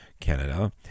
Canada